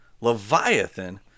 Leviathan